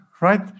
right